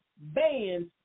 bands